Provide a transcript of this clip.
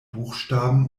buchstaben